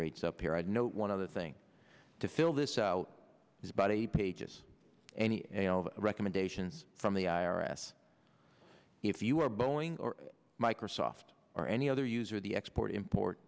rates up here i know one other thing to fill this out is about eighty pages any recommendations from the i r s if you are boeing or microsoft or any other user the export import